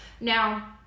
Now